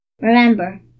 Remember